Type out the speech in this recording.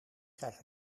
krijg